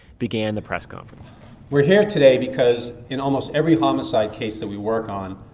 began the press conference we're here today because in almost every homicide case that we work on,